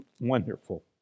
wonderful